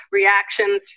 reactions